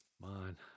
Man